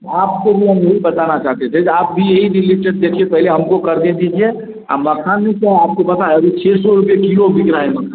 आपको भी हम यही बताना चाहते थे जे आप भी यही से रिलेटेड देखिए पहले हम को करने दीजिए अब मखान में क्या है आपको पता है अभी छः सौ रूपये किलो बिक रहा है मखान